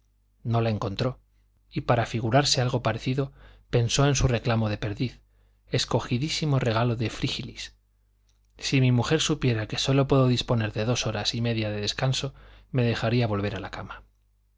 no la encontró y para figurarse algo parecido pensó en su reclamo de perdiz escogidísimo regalo de frígilis si mi mujer supiera que sólo puedo disponer de dos horas y media de descanso me dejaría volver a la cama